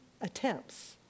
attempts